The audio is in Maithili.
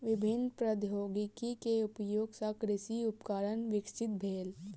विभिन्न प्रौद्योगिकी के उपयोग सॅ कृषि उपकरण विकसित भेल